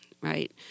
Right